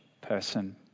person